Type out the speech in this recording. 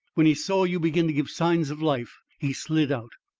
when he saw you begin to give signs of life, he slid out.